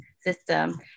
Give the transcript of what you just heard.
system